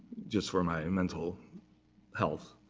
just for my mental health.